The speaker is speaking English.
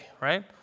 right